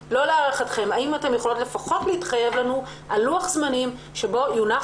האם אתם יכולים להתחייב על לוח זמנים שבו יונח